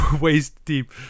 waist-deep